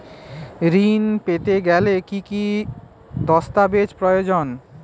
ঋণ পেতে গেলে কি কি দস্তাবেজ প্রয়োজন?